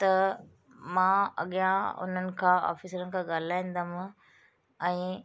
त मां अॻियां उन्हनि खां ऑफ़िसरनि खां ॻाल्हाईदमि ऐं